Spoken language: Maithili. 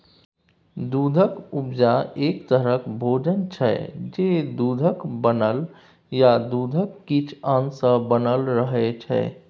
दुधक उपजा एक तरहक भोजन छै जे दुधक बनल या दुधक किछ अश सँ बनल रहय छै